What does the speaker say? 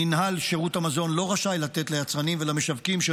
מנהל שירות המזון לא רשאי לתת ליצרנים ולמשווקים של